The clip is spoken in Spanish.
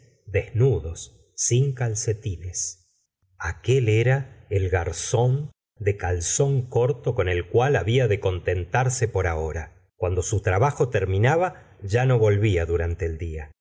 desnudos sin calcetines aquel era el groon de calzón corto con el cual habla que contentarse por ahora cuando su trabajo terminaba ya no volvía durante el día